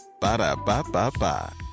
Ba-da-ba-ba-ba